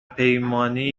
پیمانی